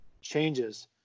changes